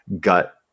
gut